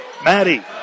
Maddie